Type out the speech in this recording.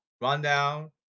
rundown